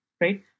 right